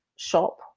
shop